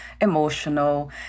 emotional